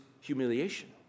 humiliation